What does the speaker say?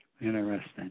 Interesting